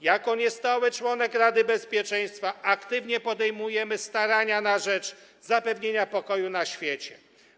Jako niestały członek Rady Bezpieczeństwa aktywnie podejmujemy starania na rzecz zapewnienia pokoju na świecie.